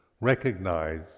recognize